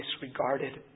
disregarded